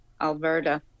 alberta